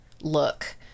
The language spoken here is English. look